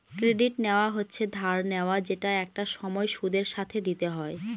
credit নেওয়া হচ্ছে ধার নেওয়া যেটা একটা সময় সুদের সাথে দিতে হয়